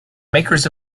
makers